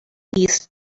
east